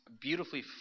beautifully